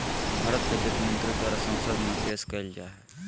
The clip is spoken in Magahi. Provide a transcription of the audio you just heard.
भारत के वित्त मंत्री द्वारा संसद में पेश कइल जा हइ